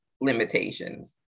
limitations